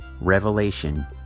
Revelation